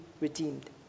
redeemed